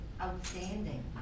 outstanding